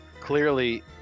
clearly